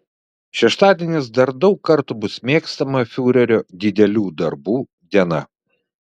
šeštadienis dar daug kartų bus mėgstama fiurerio didelių darbų diena